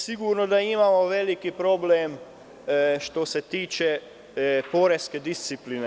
Sigurno da imamo veliki problem, što se tiče poreske discipline.